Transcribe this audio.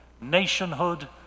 nationhood